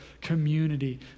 community